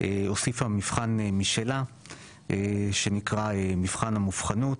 הוסיפה מבחן שלה שנקרא מבחן המובחנוּת,